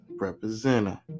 representer